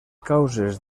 causes